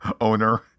owner